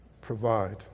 Provide